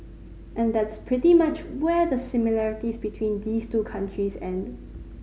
and that's pretty much where the similarities between these two countries end